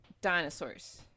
dinosaurs